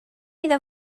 iddo